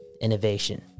innovation